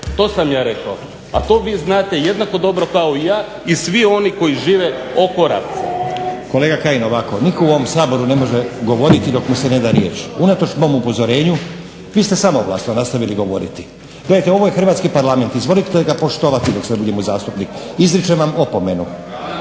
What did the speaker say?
To sam ja rekao, a to vi znate jednako dobro kao i ja i svi oni koji žive oko Rapca. **Stazić, Nenad (SDP)** Kolega Kajin, ovako. Nitko u ovom Saboru ne može govoriti dok mu se neda riječ. Unatoč mom upozorenju vi ste samovlasno nastavili govoriti. Gledajte ovo je Hrvatski parlament, izvolite ga poštovati dok ste u njemu zastupnik. Izričem vam opomenu.